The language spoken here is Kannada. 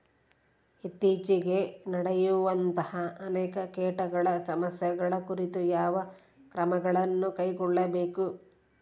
ಇತ್ತೇಚಿಗೆ ನಡೆಯುವಂತಹ ಅನೇಕ ಕೇಟಗಳ ಸಮಸ್ಯೆಗಳ ಕುರಿತು ಯಾವ ಕ್ರಮಗಳನ್ನು ಕೈಗೊಳ್ಳಬೇಕು?